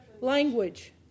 Language